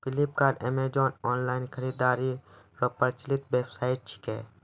Flipkart Amazon online खरीदारी रो प्रचलित वेबसाइट छिकै